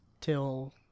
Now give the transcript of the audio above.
till